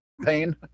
pain